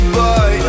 boy